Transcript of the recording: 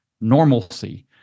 normalcy